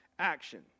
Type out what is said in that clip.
action